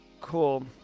Cool